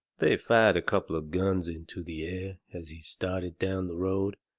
they fired a couple of guns into the air as he started down the road,